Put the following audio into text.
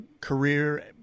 career